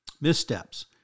missteps